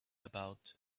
about